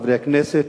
חברי הכנסת,